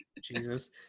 Jesus